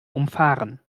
umfahren